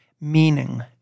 meaning